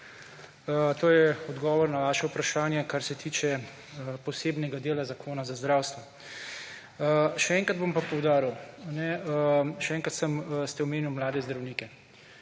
To je odgovor na vaše vprašanje, kar se tiče posebnega dela zakona za zdravstvo. Še enkrat bom pa poudaril, še enkrat sem, ste omenil mlade zdravnike.